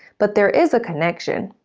but there is a connection.